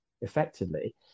effectively